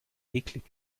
eklig